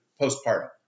postpartum